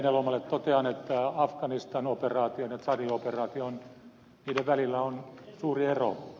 heinäluomalle totean että afganistan operaation ja tsadin operaation välillä on suuri ero